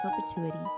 perpetuity